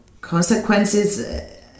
consequences